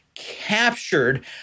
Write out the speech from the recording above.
captured